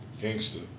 gangster